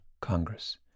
Congress